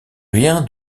rien